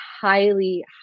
highly